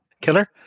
killer